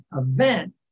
event